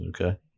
Okay